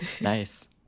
Nice